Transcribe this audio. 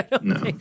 No